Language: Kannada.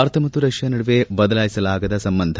ಭಾರತ ಮತ್ತು ರಷ್ಯಾ ನಡುವೆ ಬದಲಾಯಿಸಲಾಗದ ಸಂಬಂಧ